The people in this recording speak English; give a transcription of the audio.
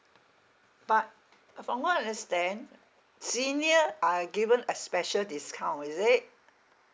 but uh from what I understand senior are given a special discount is it